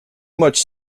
much